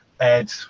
Ed